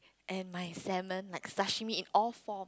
and my salmon like sashimi in all form